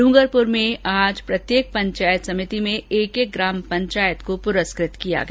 डूंगरपुर में आज प्रत्येक पंचायत समिति में एक एक ग्राम पंचायत को पुरस्कृत किया गया